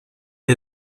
est